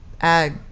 ag